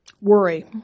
worry